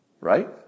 right